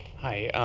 hi.